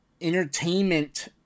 entertainment